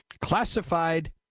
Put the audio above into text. Classified